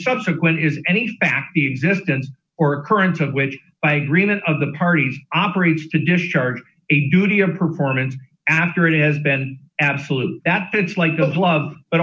subsequent is any fact the existence or current of which by agreement of the parties operates to discharge a duty of performance after it has been absolute that since like of love but